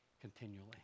continually